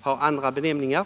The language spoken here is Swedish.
har andra benämningar.